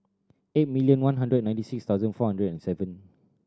eight million one hundred ninety six thousand four hundred and seven